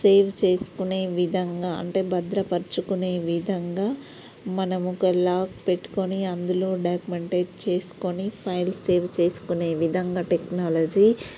save చేసుకునే విధంగా అంటే భద్రపరుచుకునే విధంగా మనము ఒక లాక్ పెట్టుకుని అందులో డాక్యుమెంటేట్ చేసుకొని ఫైల్స్ సేవ్ చేసుకునే విధంగా టెక్నాలజీ